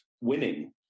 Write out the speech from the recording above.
winning